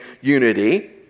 unity